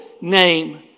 name